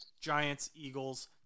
Giants-Eagles